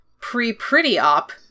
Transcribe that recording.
pre-pretty-op